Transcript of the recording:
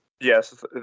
Yes